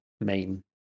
main